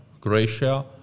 Croatia